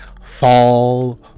fall